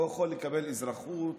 הוא יכול לקבל אזרחות,